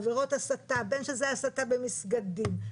בין שזה הסתה במסגדים,